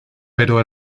pero